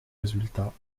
résultats